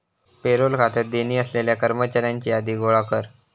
payroll खात्यात देणी असलेल्या कर्मचाऱ्यांची यादी गोळा कर